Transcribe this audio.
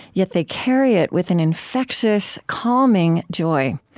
yet they carry it with an infectious, calming joy.